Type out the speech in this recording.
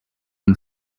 and